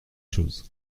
choses